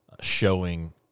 showing